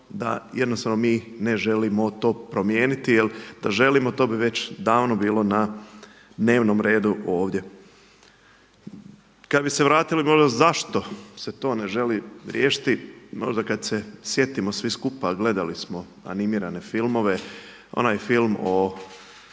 da jednostavno mi ne želimo to promijeniti jer da želimo to bi već davno bilo na dnevnom redu ovdje. Kada bi se vratili, molim vas zašto se to neželi riješiti, možda kada se sjetimo svi skupa a gledali smo animirane filmove, onaj film o